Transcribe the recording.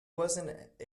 wasn’t